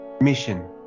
Mission